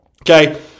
Okay